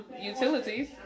utilities